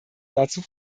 dazu